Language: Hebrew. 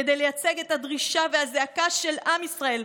כדי לייצג את הדרישה והזעקה של עם ישראל,